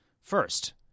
first